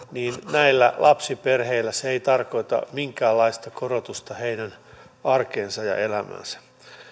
näillä lapsiperheillä se ei tarkoita minkäänlaista korotusta heidän arkeensa ja elämäänsä